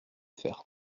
faire